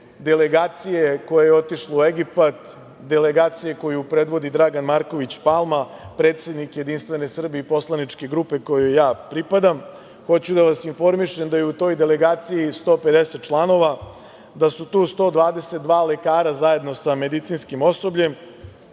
delegacije koja je otišla u Egipat, delegacije koju predvodi Dragan Marković Palma, predsednik JS i poslaničke grupe kojoj ja pripadam. Hoću da vas informišem da je u toj delegaciji 150 članova, da su tu 122 lekara, zajedno sa medicinskim osobljem